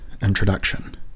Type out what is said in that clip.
Introduction